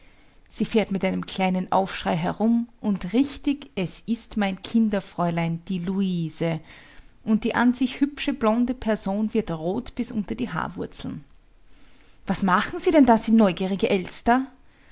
sie fährt mit einem kleinen aufschrei herum und richtig es ist mein kinderfräulein die luise und die an sich hübsche blonde person wird rot bis unter die haarwurzeln was machen sie denn da sie neugierige elster